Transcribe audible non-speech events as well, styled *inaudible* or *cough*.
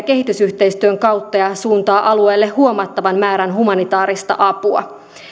*unintelligible* kehitysyhteistyön kautta ja suuntaa alueelle huomattavan määrän humanitaarista apua